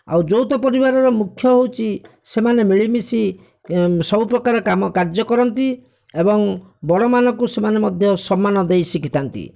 ଆଉ ଯୌଥ ପରିବାରର ମୁଖ୍ୟ ହେଉଛି ସେମାନେ ମିଳିମିଶି ସବୁ ପ୍ରକାର କାମ କାର୍ଯ୍ୟ କରନ୍ତି ଏବଂ ବଡ଼ମାନଙ୍କୁ ସେମାନେ ମଧ୍ୟ ସମ୍ମାନ ଦେଇ ଶିଖିଥାନ୍ତି